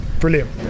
brilliant